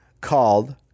called